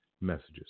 messages